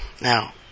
Now